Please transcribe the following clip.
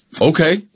Okay